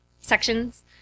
sections